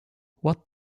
what